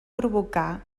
provocar